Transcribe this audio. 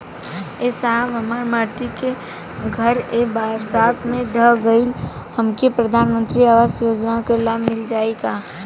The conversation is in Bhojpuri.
ए साहब हमार माटी क घर ए बरसात मे ढह गईल हमके प्रधानमंत्री आवास योजना क लाभ मिल जाई का?